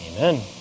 Amen